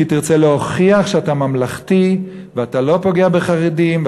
כי תרצה להוכיח שאתה ממלכתי ואתה לא פוגע בחרדים,